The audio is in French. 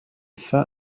fin